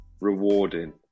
rewarding